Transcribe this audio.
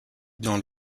dans